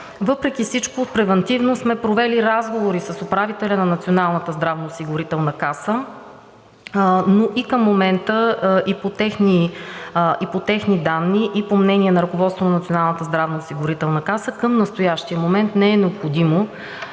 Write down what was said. Въпреки всичко превантивно сме провели разговори с управителя на Националната здравноосигурителна каса. И към момента и по техни данни, и по мнение на ръководството на Националната здравноосигурителна каса не е необходимо